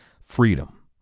freedom